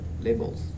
labels